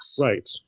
right